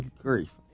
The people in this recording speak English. grief